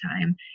time